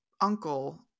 uncle